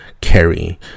carry